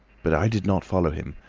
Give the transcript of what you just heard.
but i did not follow him.